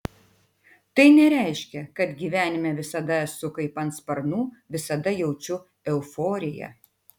tai nereiškia kad gyvenime visada esu kaip ant sparnų visada jaučiu euforiją